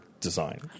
design